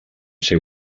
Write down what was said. ser